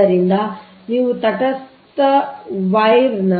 ಆದ್ದರಿಂದ ನೀವು ತಟಸ್ಥ ವೈರ್ನ